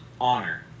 honor